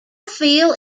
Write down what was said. feel